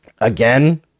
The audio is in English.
again